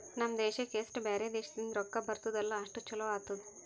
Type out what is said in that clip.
ನಮ್ ದೇಶಕ್ಕೆ ಎಸ್ಟ್ ಬ್ಯಾರೆ ದೇಶದಿಂದ್ ರೊಕ್ಕಾ ಬರ್ತುದ್ ಅಲ್ಲಾ ಅಷ್ಟು ಛಲೋ ಆತ್ತುದ್